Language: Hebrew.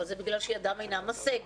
אבל זה בגלל שידם אינה משגת.